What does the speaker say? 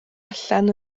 allan